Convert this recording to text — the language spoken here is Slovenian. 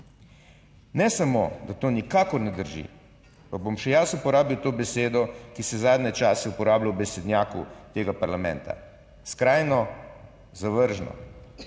Ne samo, da to nikakor ne drži, pa bom še jaz uporabil to besedo, ki se zadnje čase uporablja v besednjaku tega parlamenta, skrajno zavržno.